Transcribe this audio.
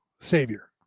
Savior